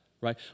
right